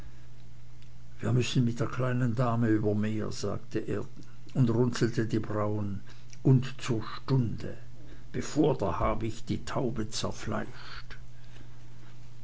wir müssen mit der kleinen dame über meer sagte er und runzelte die brauen und zur stunde bevor der habicht die taube zerfleischt